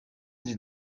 dix